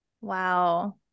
wow